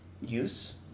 use